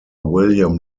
william